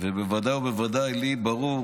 ודאי וודאי לי ברור